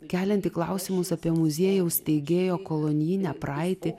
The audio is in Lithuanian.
kelianti klausimus apie muziejaus steigėjo kolonijinę praeitį